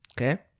okay